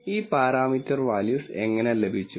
ഈ parameter values എങ്ങനെ ലഭിച്ചു